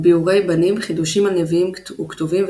ביאורי בנים – חידושים על נביאים וכתובים,